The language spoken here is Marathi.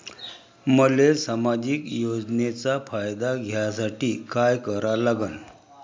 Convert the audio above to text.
मले सामाजिक योजनेचा फायदा घ्यासाठी काय करा लागन?